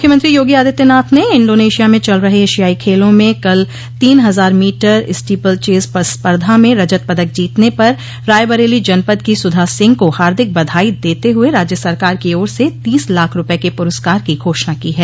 मुख्यमंत्री योगी आदित्यनाथ ने इंडोनेशिया में चल रहे एशियाई खेलों में कल तीन हजार मीटर स्टीपल्चेज स्पर्धा में रजत पदक जीतने पर रायबरेली जनपद की सुधा सिंह को हार्दिक बधाई देते हुए राज्य सरकार की ओर से तीस लाख रूपये के प्रस्कार की घोषणा की है